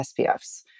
SPFs